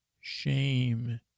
shame